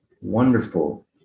wonderful